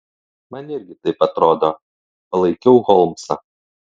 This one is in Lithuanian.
man irgi taip atrodo palaikiau holmsą